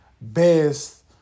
best